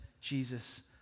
Jesus